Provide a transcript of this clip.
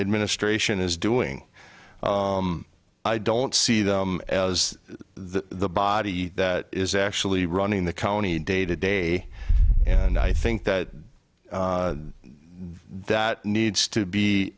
administration is doing i don't see them as the body that is actually running the company day to day and i think that that needs to be